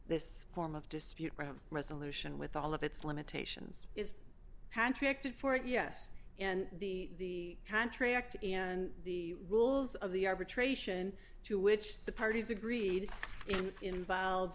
this form of dispute resolution with all of its limitations is patrick did for it yes and the contract and the rules of the arbitration to which the parties agreed involve